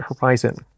horizon